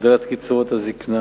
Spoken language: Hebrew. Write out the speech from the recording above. הגדלת קצבות הזיקנה,